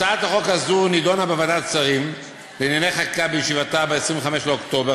הצעת החוק הזאת נדונה בוועדת שרים לענייני חקיקה בישיבתה ב-25 באוקטובר